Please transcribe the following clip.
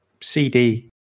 cd